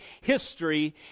history